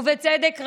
ובצדק רב.